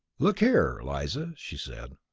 look here, eliza, she said.